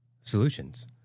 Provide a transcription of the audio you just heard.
Solutions